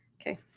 Okay